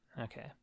Okay